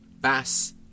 Bass